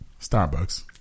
Starbucks